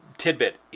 tidbit